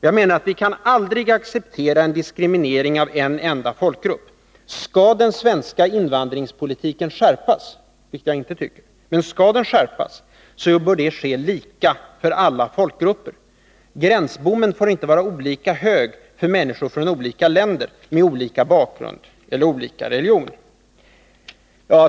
Jag menar att man aldrig kan acceptera en diskriminering av en enda folkgrupp. Skall den svenska invandringspolitiken skärpas — vilket jag inte tycker — bör det ske lika för alla folkgrupper. Gränsbommen får inte vara olika hög för människor från olika länder, med olika bakgrund eller med olika religion.